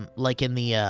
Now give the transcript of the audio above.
um like in the,